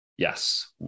Yes